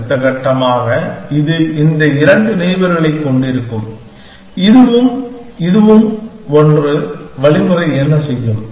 அடுத்த கட்டமாக இது இந்த இரண்டு நெய்பர்களைக் கொண்டிருக்கும் இதுவும் இதுவும் ஒன்று வழிமுறை என்ன செய்யும்